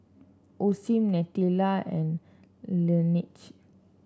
Osim Nutella and Laneige